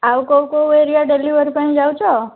ଆଉ କେଉଁ କେଉଁ ଏରିଆ ଡେଲିଭରି ପାଇଁ ଯାଉଛ